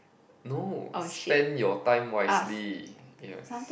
no spend your time wisely yes